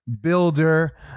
builder